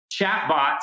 Chatbots